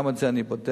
וגם את זה אני בודק.